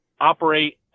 operate